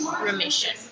remission